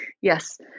Yes